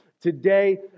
Today